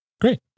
Great